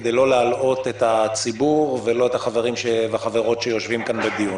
כדי לא להלאות את הציבור ולא את החברים והחברות שיושבים כאן בדיון.